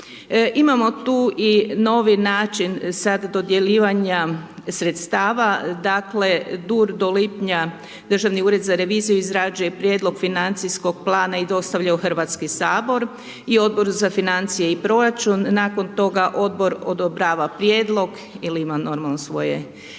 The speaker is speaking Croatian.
Imamo tu i novi način sad dodjeljivanja sredstava. DUR do lipnja, Državni ured za reviziju izrađuje prijedlog financijskog plana i dostavlja u HS i Odboru za financije i proračun. Nakon toga odbor odobrava prijedlog ili ima, normalno svoje primjedbe